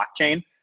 blockchain